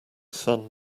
sun